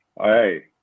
Hey